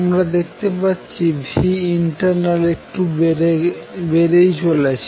আমরা দেখতে পাচ্ছি internal একটু বেড়েই চলেছে